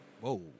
whoa